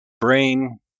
brain